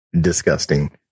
Disgusting